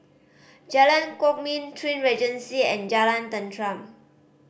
Jalan Kwok Min Twin Regency and Jalan Tenteram